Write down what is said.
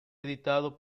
editado